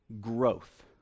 growth